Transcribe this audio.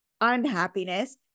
unhappiness